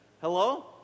Hello